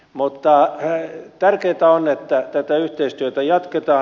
mutta tärkeätä on että tätä yhteistyötä jatketaan